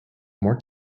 more